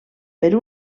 per